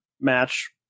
match